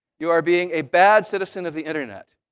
you are being a bad citizen of the internet.